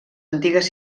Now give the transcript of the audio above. antigues